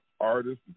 artists